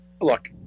look